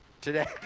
today